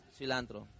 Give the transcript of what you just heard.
Cilantro